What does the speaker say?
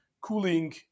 cooling